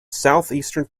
southeastern